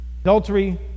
Adultery